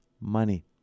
money